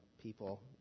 people